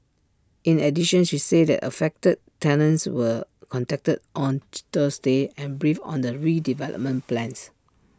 in addition she said that affected tenants were contacted on Thursday and briefed on the redevelopment plans